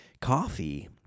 coffee